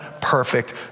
perfect